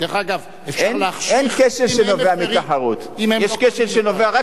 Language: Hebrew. אין כשל שנובע מתחרות,